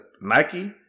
Nike